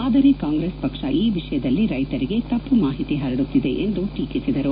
ಆದರೆ ಕಾಂಗ್ರೆಸ್ ಪಕ್ಷ ಈ ವಿಷಯದಲ್ಲಿ ರೈತರಿಗೆ ತಪ್ಪು ಮಾಹಿತಿ ಪರಡುತ್ತಿದೆ ಎಂದು ಟೀಕಿಸಿದರು